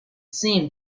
seemed